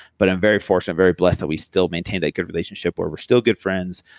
but i'm very fortunate, very blessed that we still maintain that good relationship where we're still good friends,